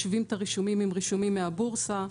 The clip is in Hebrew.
משווים את הרישומים עם רישומים מהבורסה,